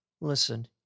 Listen